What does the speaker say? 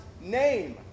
name